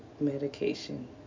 Medication